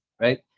right